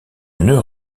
nœud